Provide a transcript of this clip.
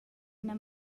ina